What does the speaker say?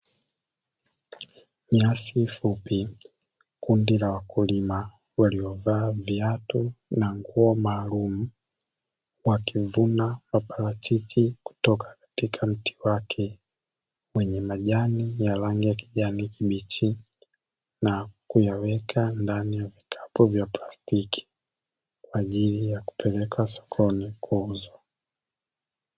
Nyasi fupi, kundi la wakulima waliovaa viatu na nguo maalumu wakivuna maparachichi kutoka katika mti wake wenye majani ya rangi ya kijani kibichi na kuyaweka ndani ya vikapu vya plastiki, kwa ajili ya kupelekwa sokoni kuuzwa.